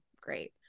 great